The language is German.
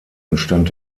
entstand